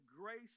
grace